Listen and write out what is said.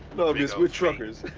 miss, we're truckers.